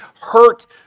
hurt